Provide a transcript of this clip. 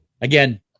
again